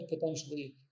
potentially